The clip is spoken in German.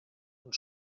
und